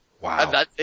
Wow